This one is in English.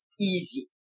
easy